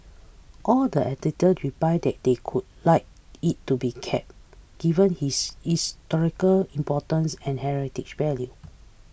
all the editor replied that they could like it to be kept given his historical importance and heritage value